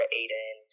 Aiden